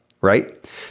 Right